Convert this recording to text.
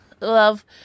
love